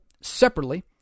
separately